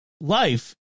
life